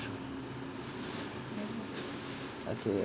okay